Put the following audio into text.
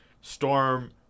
Storm